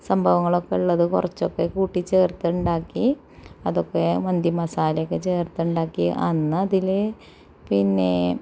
സംഭവങ്ങളൊക്കെ ഉള്ളത് കുറച്ചൊക്കെ കൂട്ടിച്ചേര്ത്ത് ഉണ്ടാക്കി അതൊക്കെ മന്തിമസാലയൊക്കെ ചേര്തുണ്ടാക്കി അന്നതില് പിന്നേ